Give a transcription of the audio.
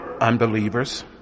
unbelievers